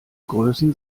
größen